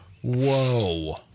Whoa